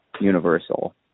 universal